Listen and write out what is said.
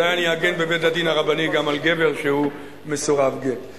אולי אני אגן בבית-הדין הרבני גם על גבר שהוא מסורב גט.